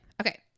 okay